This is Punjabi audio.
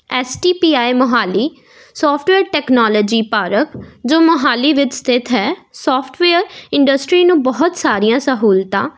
S T P I Mohali software technology park ਜੋ ਮੋਹਾਲੀ ਵਿੱਚ ਸਥਿਤ ਹੈ ਸੋਫਟਵੇਅਰ ਇੰਡਸਟਰੀ ਨੂੰ ਬਹੁਤ ਸਾਰੀਆਂ ਸਹੂਲਤਾਂ